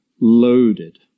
loaded